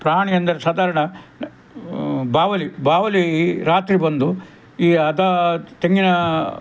ಪ್ರಾಣಿ ಅಂದರೆ ಸಾಧಾರಣ ಬಾವಲಿ ಬಾವಲಿ ರಾತ್ರಿ ಬಂದು ಈ ಹದ ತೆಂಗಿನ